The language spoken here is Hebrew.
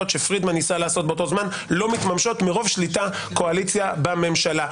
שפרידמן ניסה לעשות באותו זמן לא מתממשות מרוב שליטת הקואליציה בממשלה.